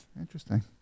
interesting